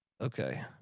okay